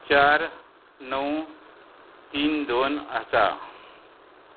चार णव तीन दोन आसा